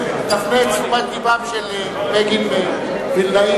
אינו נוכח,